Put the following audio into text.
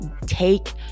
Take